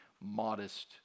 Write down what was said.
modest